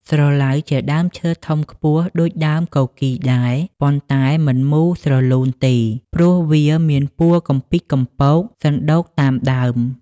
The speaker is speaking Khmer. ស្រឡៅជាដើមឈើធំខ្ពស់ដូចដើមគគីរដែរ ប៉ុន្តែមិនមូលស្រលូនទេ ព្រោះវាមានពួរកំពីកកំពកសណ្តូកតាមដើម។